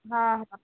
हां हां